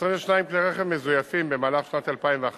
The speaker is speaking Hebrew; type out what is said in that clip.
22 כלי רכב מזויפים, במהלך שנת 2011,